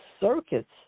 circuits